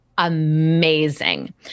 amazing